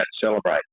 celebrate